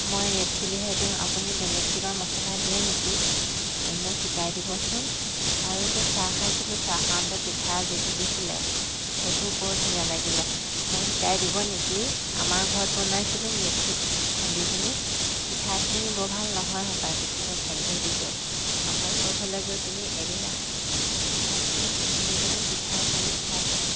মই ৰেড ছিলিহে দিওঁ আপুনি বেলেগ কিবা মছলা দিয়ে নেকি এই মোক শিকাই দিবচোন আৰু যে চাহ খাইছিলোঁ চাহ খাওঁতে পিঠা যিটো দিছিলে সেইটো বৰ ধুনীয়া লাগিলে মই শিকাই দিব নেকি আমাৰ ঘৰত বনাইছিলোঁ মিক্সিত খুন্দি পিনি পিঠাখিনি বৰ ভাল নহয় হপাই পিঠাটো ভাগি ভাগি গ'ল আপোনালোকৰ ঘৰলৈ গৈ পিনি এদিনাখন পিঠাখিনি খুন্দি পিনি পিঠা পুৰি খাই চাম